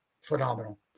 phenomenal